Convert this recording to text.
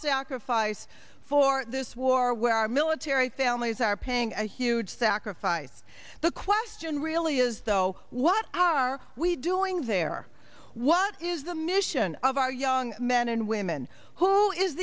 sacrifice for this war where our military families are paying a huge sacrifice the question really is though what are we doing there what is the mission of our young men and women who is